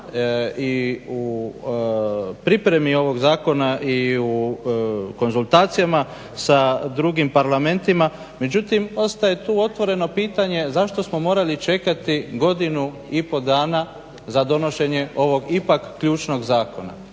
i u pripremi ovoga zakona i u konzultacijama sa drugim parlamentima. Međutim, ostaje tu otvoreno pitanje zašto smo morali čekati godinu i pol dana za donošenje ovog ipak ključnog zakona.